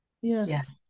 Yes